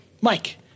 Mike